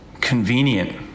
convenient